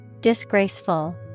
Disgraceful